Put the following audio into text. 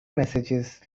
messages